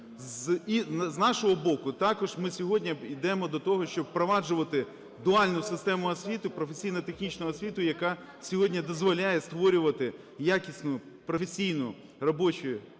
з нашого боку також ми сьогодні йдемо до того, щоб впроваджувати дуальну систему освіти, професійно-технічну освіту, яка сьогодні дозволяє створювати якісні, професійні робочі руки